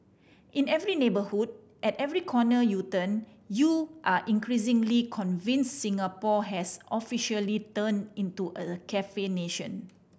in every neighbourhood at every corner you turn you are increasingly convinced Singapore has officially turned into a cafe nation